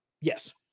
Yes